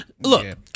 Look